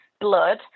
blood